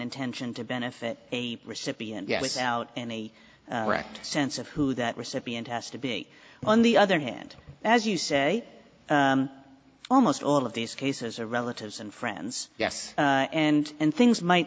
intention to benefit a recipient without any direct sense of who that recipient has to be on the other hand as you say almost all of these cases are relatives and friends yes and things might